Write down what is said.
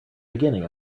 beginning